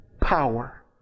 power